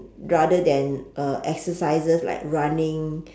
rather than uh exercises like running